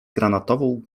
granatową